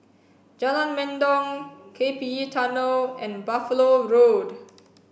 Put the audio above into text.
Jalan Mendong K P E Tunnel and Buffalo Road